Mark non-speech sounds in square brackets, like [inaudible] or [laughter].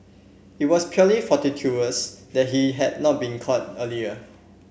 it was purely [unintelligible] that he had not been caught earlier